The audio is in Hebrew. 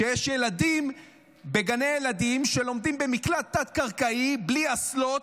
שיש ילדים בגני ילדים שלומדים במקלט תת-קרקעי בלי אסלות,